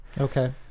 Okay